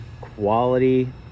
quality